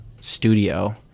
studio